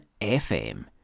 FM